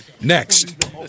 Next